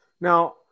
Now